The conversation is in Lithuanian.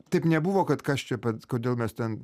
taip nebuvo kad kas čia pats kodėl mes ten